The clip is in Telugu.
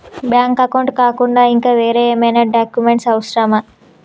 బ్యాంక్ అకౌంట్ కాకుండా ఇంకా వేరే ఏమైనా డాక్యుమెంట్స్ అవసరమా?